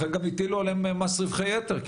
לכן גם הטילו עליהם מס רווחי יתר כי